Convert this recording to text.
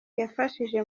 yafashije